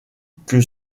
que